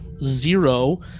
zero